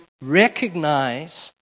recognize